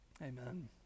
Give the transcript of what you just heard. Amen